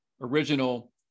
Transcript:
original